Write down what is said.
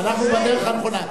אנחנו בדרך הנכונה.